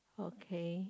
okay